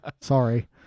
Sorry